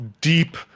deep